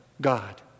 God